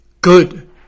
Good